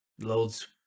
Loads